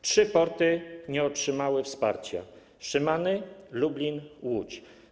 Trzy porty nie otrzymały wsparcia: Szymany, Lublin, Łódź.